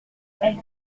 elle